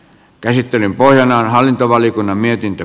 käsittelyn pohjana on hallintovaliokunnan mietintö